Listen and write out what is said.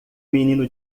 menino